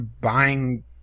buying